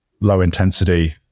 low-intensity